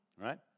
Right